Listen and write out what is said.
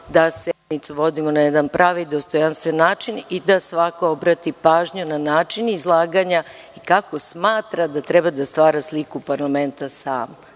da sednicu vodim na jedan pravi i dostojanstven način i da svako obrati pažnju na način izlaganja, kako smatra da treba da stvara sliku parlamenta sam